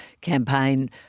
campaign